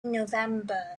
november